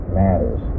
matters